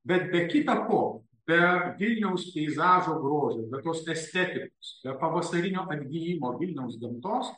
bet be kita ko be vilniaus peizažo grožio be tos estetikos be pavasarinio atgijimo vilniaus gamtos